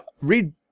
read